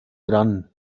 dran